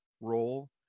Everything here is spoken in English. role